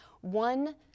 one